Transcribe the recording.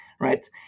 Right